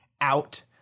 out